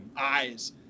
eyes